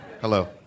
Hello